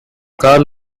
carl